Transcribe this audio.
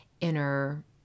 inner